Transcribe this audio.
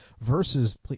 versus